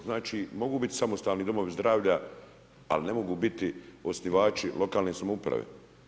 Znači, mogu biti samostalni domovi zdravlja, ali ne mogu biti osnivači lokalne samouprave?